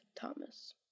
Thomas